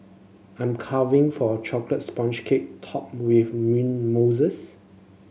I'm caving for a chocolate sponge cake topped with mint mousses